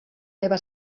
meva